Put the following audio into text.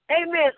Amen